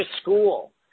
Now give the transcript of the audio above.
school